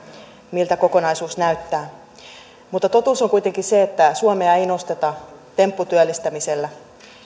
miltä kokonaisuus näyttää totuus on kuitenkin se että suomea ei nosteta tempputyöllistämisellä